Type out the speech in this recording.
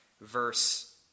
verse